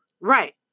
Right